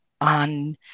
on